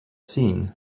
seen